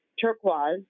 Turquoise